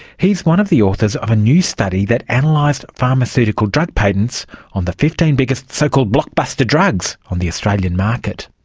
he is one of the authors of a new study that and analysed pharmaceutical drug patents on the fifteen biggest so-called blockbuster drugs on the australian market.